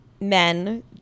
men